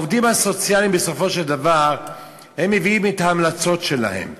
העובדים הסוציאליים בסופו של דבר מביאים את ההמלצות שלהם.